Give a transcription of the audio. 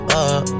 up